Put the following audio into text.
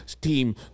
team